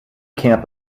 camp